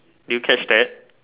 did you catch that